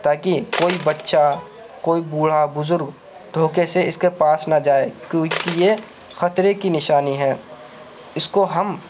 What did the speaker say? تاکہ کوئی بچہ کوئی بوڑھا بزرگ دھوکے سے اس کے پاس نہ جائے کیونکہ یہ خطرے کی نشانی ہے اس کو ہم